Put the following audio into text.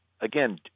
again